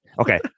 Okay